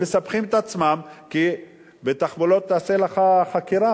הם מסבכים את עצמם, כי בתחבולות תעשה לך חקירה.